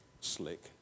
slick